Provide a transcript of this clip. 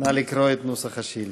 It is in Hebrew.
לקרוא את נוסח השאילתה.